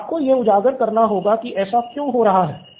तो आपको यह उजागर करना होगा कि ऐसा क्यों हो रहा है